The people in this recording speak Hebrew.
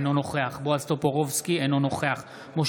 אינו נוכח בועז טופורובסקי,